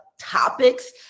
topics